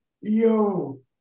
yo